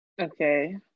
Okay